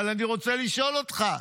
אבל אני רוצה לשאול אותך: